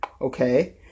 okay